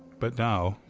but now,